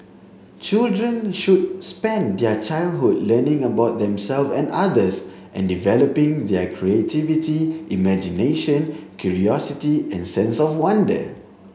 children should spend their childhood learning about themselves and others and developing their creativity imagination curiosity and sense of wonder